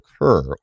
occur